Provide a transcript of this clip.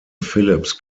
philipps